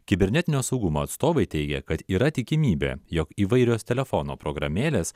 kibernetinio saugumo atstovai teigia kad yra tikimybė jog įvairios telefono programėlės